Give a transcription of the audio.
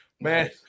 Man